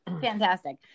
Fantastic